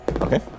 Okay